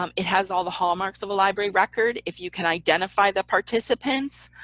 um it has all the hallmarks of a library record. if you can identify the participants,